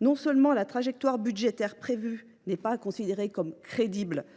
Non seulement la trajectoire budgétaire prévue n’est pas considérée comme crédible à court